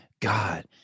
god